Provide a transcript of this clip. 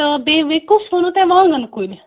تہٕ بیٚیہِ کُس ووٚنو تۄہہِ وانگَن کُلۍ